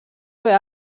haver